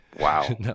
Wow